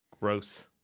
Gross